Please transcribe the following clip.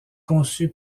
conçu